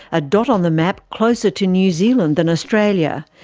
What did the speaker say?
a dot on the map closer to new zealand than australia,